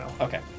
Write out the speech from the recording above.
Okay